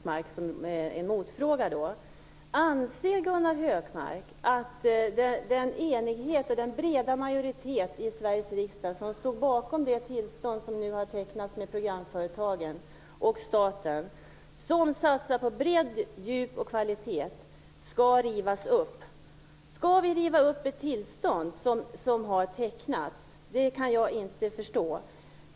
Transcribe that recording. Fru talman! Jag har bara en fråga att ställa som en motfråga till Gunnar Hökmark: Anser Gunnar Hökmark att det tillstånd som har tecknats mellan programföretagen och staten, som satsar på bredd, djup och kvalitet och som en bred majoritet i Sveriges riksdag står bakom skall rivas upp? Det kan jag inte förstå.